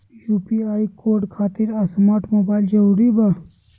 UPI code खातिर smart mobile जरूरी बा?